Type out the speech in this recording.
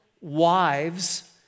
wives